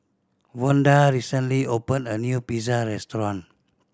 Vonda recently opened a new Pizza Restaurant